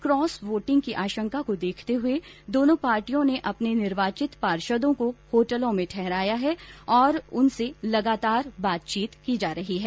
cos voting की आशंका को देखते हुए दोनों पार्टियों ने अपने निर्वाचित पार्षदों को होटलों में ठहराया है और उसने लगातार बातचीत की जा रही है